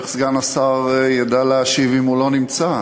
איך סגן השר ידע להשיב אם הוא לא נמצא?